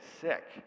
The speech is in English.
sick